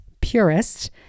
purists